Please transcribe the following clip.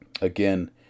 again